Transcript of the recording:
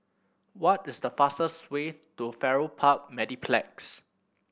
what is the fastest way to Farrer Park Mediplex